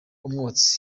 umwotsi